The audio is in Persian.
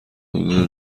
حدود